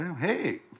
Hey